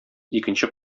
икенче